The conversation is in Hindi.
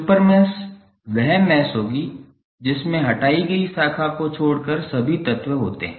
सुपर मैश वह मैश होगी जिसमें हटाई गयी शाखा को छोड़कर सभी तत्व होते हैं